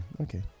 okay